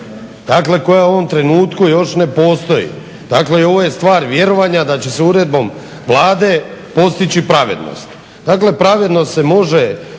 Dakle, koja u ovom trenutku još ne postoji, dakle i ovo je stvar vjerovanja da će se uredbom Vlade postići pravednost. Dakle, pravednost se može